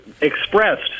expressed